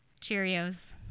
Cheerios